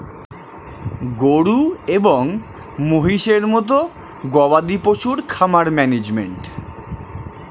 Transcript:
গরু এবং মহিষের মতো গবাদি পশুর খামার ম্যানেজমেন্ট